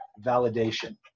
validation